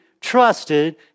trusted